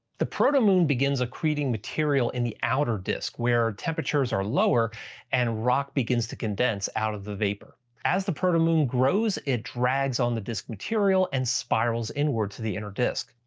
the proto-moon begins accreting material in the outer disk where temperatures are lower and rock begins to condense out of the vapor. as the proto-moon grows it drags on the disk material and spirals inward to the inner disk.